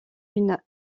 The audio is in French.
une